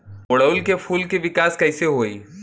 ओड़ुउल के फूल के विकास कैसे होई?